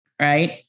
right